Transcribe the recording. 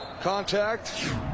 Contact